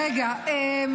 רגע,